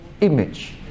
image